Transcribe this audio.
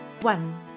One